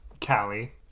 Callie